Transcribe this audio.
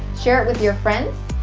share it with your friends.